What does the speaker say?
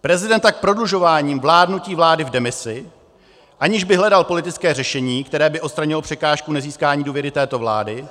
Prezident tak prodlužováním vládnutí vlády v demisi, aniž by hledal politické řešení, které by odstranilo překážku nezískání důvěry této vládě,